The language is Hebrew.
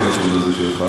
מאיפה הנתון הזה שלך?